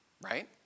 right